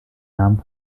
namen